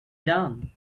done